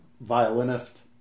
violinist